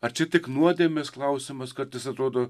atseit tik nuodėmės klausimas kartais atrodo